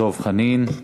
דב חנין.